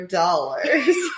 dollars